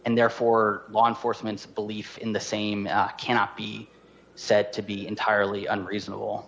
and therefore law enforcement's belief in the same cannot be said to be entirely unreasonable